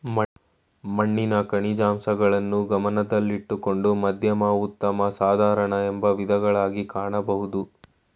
ಮಣ್ಣಿನ ಖನಿಜಾಂಶಗಳನ್ನು ಗಮನದಲ್ಲಿಟ್ಟುಕೊಂಡು ಮಧ್ಯಮ ಉತ್ತಮ ಸಾಧಾರಣ ಎಂಬ ವಿಧಗಳಗಿ ಕಾಣಬೋದು